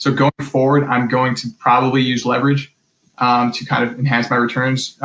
so going forward, i'm going to, probably, use leverage to kind of enhance my returns,